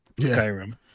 Skyrim